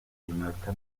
iminota